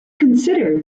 consider